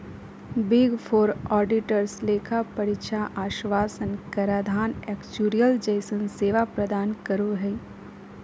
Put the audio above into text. big four auditors लेखा परीक्षा आश्वाशन कराधान एक्चुरिअल जइसन सेवा प्रदान करो हय